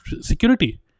security